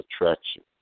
attraction